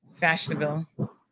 fashionable